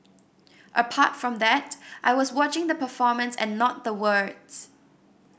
apart from that I was watching the performance and not the words